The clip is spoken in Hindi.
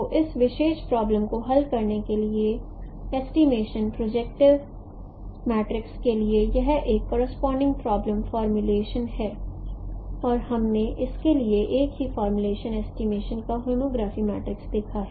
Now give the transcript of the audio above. तो इस विशेष प्रॉब्लम को हल करने के लिए एस्टीमेशंन प्रोजेक्टिव मैट्रिक्स के लिए यह एक करोसपोंडिंग प्रॉब्लम फॉर्मूलेशन है और हमने इसके लिए एक ही फॉर्मूलेशन एस्टीमेशंन का होमोग्राफी मैट्रिक्स देखा है